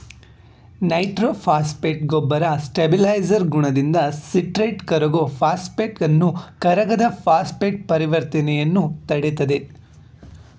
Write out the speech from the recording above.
nitrophosphate ಗೊಬ್ಬರ stabiliser ಗುಣದಿಂದ citrate ಕರಗೋ ಫಾಸ್ಫೇಟನ್ನು ಕರಗದ ಫಾಸ್ಫೇಟ್ ಪರಿವರ್ತನೆಯನ್ನು ತಡಿತದೆ